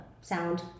sound